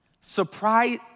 surprise